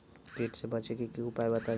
कीट से बचे के की उपाय हैं बताई?